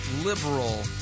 liberal